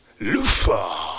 Lufa